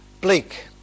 bleak